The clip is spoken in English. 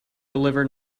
deliver